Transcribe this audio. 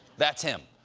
that's him.